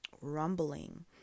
rumbling